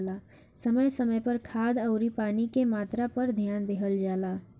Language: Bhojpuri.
समय समय पर खाद अउरी पानी के मात्रा पर ध्यान देहल जला